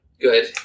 Good